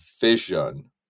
vision